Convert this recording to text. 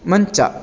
ಮಂಚ